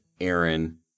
Aaron